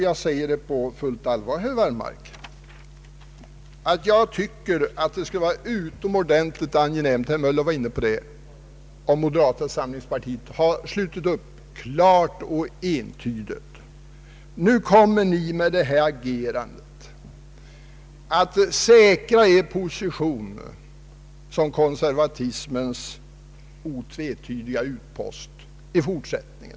Jag säger på fullt allvar, herr Wallmark, att det hade varit högst angenämt — herr Möller var också inne på det — om moderata samlingspartiet klart och entydigt hade slutit upp kring utskottets förslag. Nu agerar ni som om det gällde att säkra positionen som konservatismens otvetydiga utpost i fortsättningen.